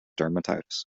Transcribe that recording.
dermatitis